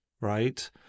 right